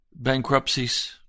bankruptcies